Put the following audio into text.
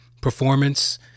performance